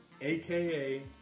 aka